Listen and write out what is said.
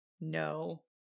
no